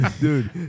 Dude